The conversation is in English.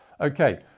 okay